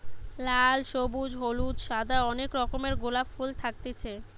লাল, সবুজ, হলুদ, সাদা অনেক রকমের গোলাপ ফুল থাকতিছে